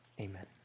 Amen